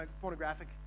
pornographic